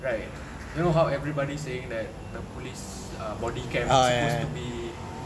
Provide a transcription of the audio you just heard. right you know how everybody saying that police are body cam supposed to be